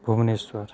Bhubaneswar